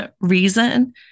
reason